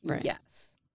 yes